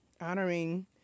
honoring